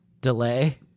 delay